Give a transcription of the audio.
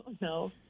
no